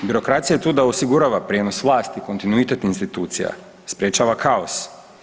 Birokracija je tu da osigurava prijenos vlasti, kontinuitet institucija, sprječava kaos.